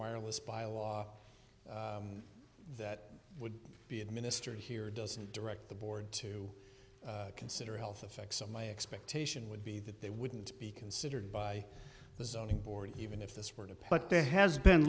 wireless bylaw that would be administered here doesn't direct the board to consider health effects so my expectation would be that they wouldn't be considered by the zoning board even if this were to put there has been